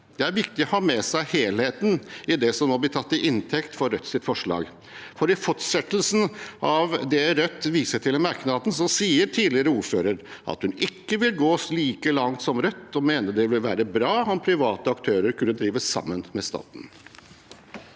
Det er viktig å ha med seg helheten i det som nå blir tatt til inntekt for Rødts forslag, for i fortsettelsen av det Rødt viser til i merknaden, sier den tidligere ordføreren at hun ikke vil gå like langt som Rødt, og hun mener det ville være bra om private aktører kunne drive sammen med staten.